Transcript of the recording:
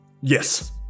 yes